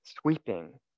sweeping